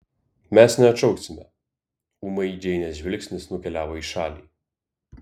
mes neatšauksime ūmai džeinės žvilgsnis nukeliavo į šalį